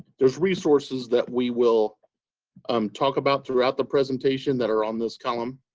there's resources that we will um talk about throughout the presentation that are on this column.